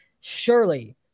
Surely